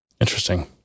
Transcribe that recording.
Interesting